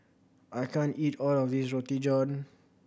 I can't eat all of this Roti John